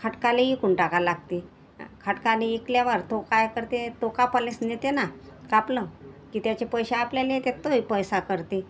खाटकाले विकून टाकावं लागते खाटकाने विकल्यावर तो काय करते तो कापायलाच नेते ना कापलं की त्याचे पैसे आपल्याला देतो तोही पैसा करते